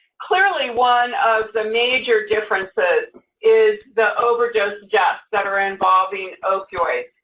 clearly, one of the major differences is the overdose deaths that are involving opioids.